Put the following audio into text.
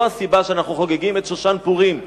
זו הסיבה שאנחנו חוגגים את שושן פורים,